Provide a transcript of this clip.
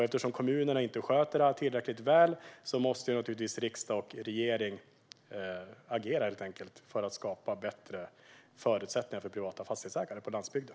Eftersom kommunerna inte sköter detta tillräckligt väl måste riksdag och regering agera för att skapa bättre förutsättningar för privata fastighetsägare på landsbygden.